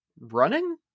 running